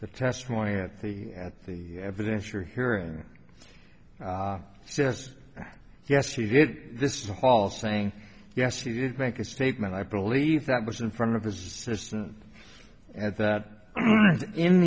at the evidence you're hearing says yes he did this all saying yes he did make a statement i believe that was in front of his system and that in